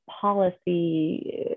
policy